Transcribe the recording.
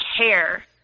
care